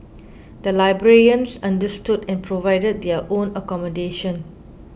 the librarians understood and provided their own accommodation